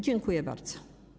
Dziękuję bardzo.